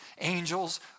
Angels